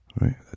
Right